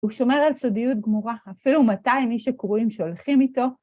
‫הוא שומר על סודיות גמורה, ‫אפילו מתי מי שקוראים שהולכים איתו.